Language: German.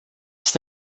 ist